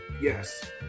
Yes